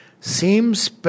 seems